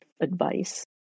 advice